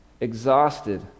exhausted